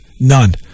None